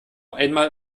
einmal